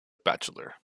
bachelor